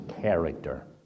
character